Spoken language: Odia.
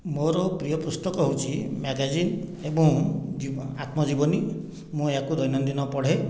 ମୋର ପ୍ରିୟ ପୁସ୍ତକ ହେଉଛି ମ୍ୟାଗାଜିନ୍ ଏବଂ ଆତ୍ମଜୀବନୀ ମୁଁ ଏହାକୁ ଦୈନନ୍ଦିନ ପଢ଼େ